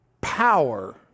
power